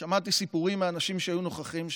שמעתי סיפורים מאנשים שהיו נוכחים שם.